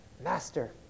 Master